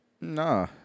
Nah